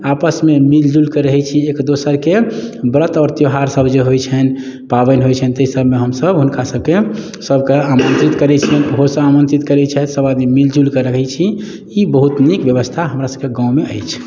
आपसमे मिलजुलिके रहैत छी एक दोसरकेँ व्रत आओर त्योहारसभ जे होइत छनि पाबनि होइत छनि ताहि सभमे हमसभ हुनकासभकेँ सभके आमन्त्रित करैत छियनि ओहोसभ आमन्त्रित करैत छथि सभआदमी मिलजुलिके रहैत छी ई बहुत नीक व्यवस्था हमरा सभके गाममे अछि